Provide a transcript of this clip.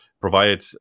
provide